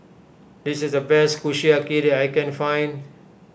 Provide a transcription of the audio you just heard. this is the best Kushiyaki that I can find